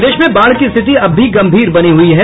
प्रदेश में बाढ़ की स्थिति अब भी गंभीर बनी हुई है